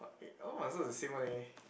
but eh all my answer is the same one leh